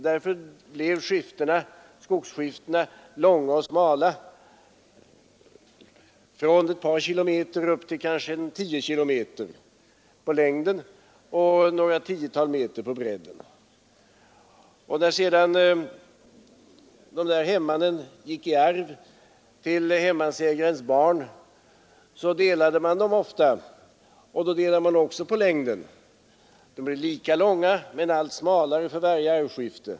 Därför blev skogsskiftena långa och smala, från ett par kilometer upp till kanske tio kilometer på längden och några tiotal meter på bredden. När sedan hemmanen gick i arv till hemmansägarens barn delade man dem ofta, och då delade man också på längden. Skiftena blev lika långa men allt smalare för varje arvskifte.